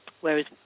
whereas